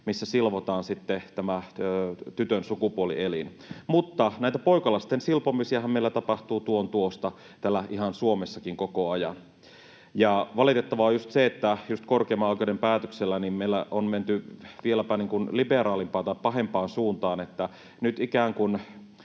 missä silvotaan tämä tytön sukupuolielin, mutta näitä poikalasten silpomisiahan meillä tapahtuu tuon tuosta, täällä ihan Suomessakin koko ajan. Valitettavaa on se, että just korkeimman oikeuden päätöksellä meillä on menty vieläpä liberaalimpaan tai pahempaan suuntaan. Eli nyt ikään kuin